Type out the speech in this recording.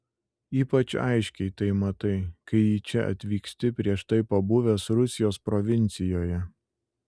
ypač aiškiai tai matai kai į čia atvyksti prieš tai pabuvęs rusijos provincijoje